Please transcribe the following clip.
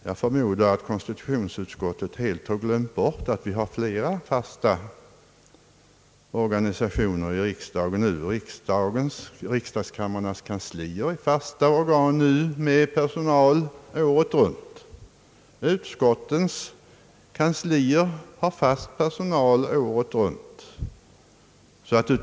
Jag förmodar att konsti tutionsutskottet helt har glömt bort att vi har flera fasta organisationer i riksdagen. Riksdagskamrarnas kanslier är fasta organ numera med personal året runt. Utskottens kanslier har fast personal året runt.